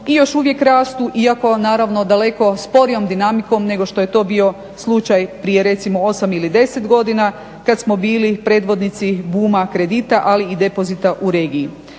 i još uvijek rastu iako naravno daleko sporijom dinamikom nego što je to bio slučaj prije recimo 8 ili 10 godina kad smo bili predvodnici buma kredita ali i depozita u regiji.